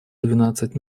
двенадцать